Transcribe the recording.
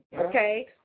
okay